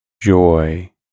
joy